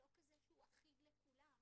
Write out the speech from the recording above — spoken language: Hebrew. לא כזה שהוא אחיד לכולם.